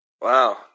Wow